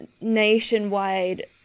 nationwide